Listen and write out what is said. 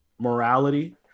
morality